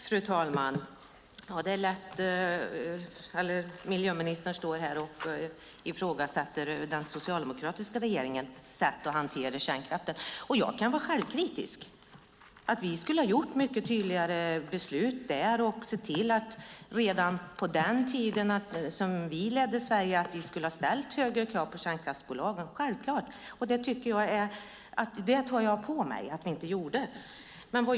Fru talman! Det är lätt för miljöministern att ifrågasätta den socialdemokratiska regeringens sätt att hantera kärnkraften. Jag kan vara självkritisk. Vi skulle ha fattat tydligare beslut och självklart sett till att redan på den tiden när vi ledde Sverige ställt högre krav på kärnkraftsbolagen. Jag tar på mig att vi inte gjorde det.